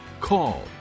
Call